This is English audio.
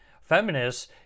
Feminists